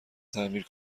تعمیر